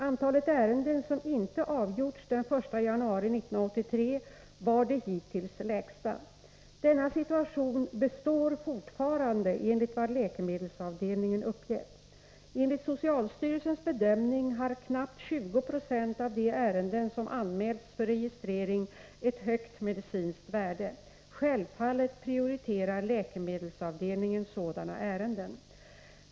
Antalet ärenden som inte avgjorts den 1 januari 1983 var det hittills lägsta. Denna situation består fortfarande enligt vad läkemedelsavdelningen uppgett. Enligt socialstyrelsens bedömning har knappt 20 26 av de ärenden som anmälts för registrering ett högt medicinskt värde. Självfallet prioriterar läkemedelsavdelningen sådana ärenden.